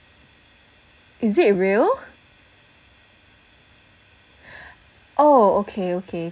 is it a real oh okay okay